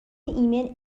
ایمن